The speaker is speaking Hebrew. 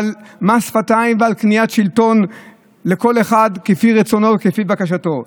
על מס שפתיים ועל קניית שלטון לכל אחד כפי רצונו וכפי בקשתו.